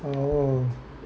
orh